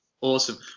Awesome